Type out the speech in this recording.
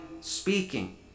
speaking